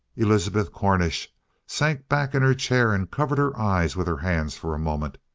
elizabeth cornish sank back in her chair and covered her eyes with her hands for a moment.